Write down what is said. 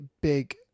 big